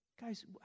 guys